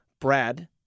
Brad